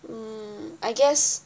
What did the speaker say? um I guess